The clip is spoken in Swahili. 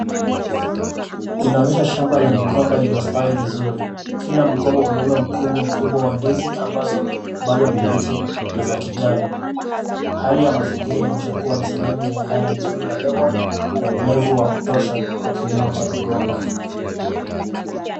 Inaonyesha shamba la migomba iliyostawi vizuri. Kila mgomba umebeba mkungu mkubwa wa ndizi ambazo bado ni mbichi na za kijani. Hali ya mazingira imeonyesha kuwa ni sehemu yenye hali nzuri ya hewa na unyevu wa kutosha, kwa kilimo cha migomba.